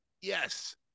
yes